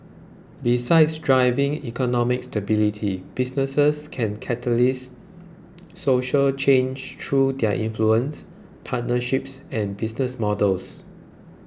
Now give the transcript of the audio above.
besides driving economic stability businesses can catalyse social change through their influence partnerships and business models